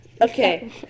Okay